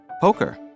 Poker